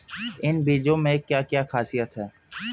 इन बीज में क्या क्या ख़ासियत है?